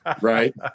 Right